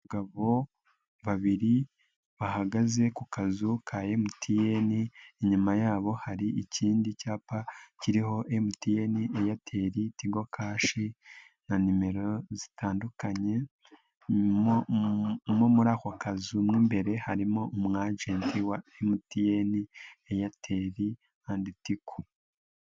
Abagabo babiri bahagaze ku kazu ka MTN, inyuma yabo hari ikindi cyapa kiriho MTN, Airtel, Tigo Cash na nimero zitandukanye, mo muri ako kazu mo imbere harimo umwajenti wa MTN, Airtel andi Tigo.